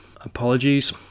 Apologies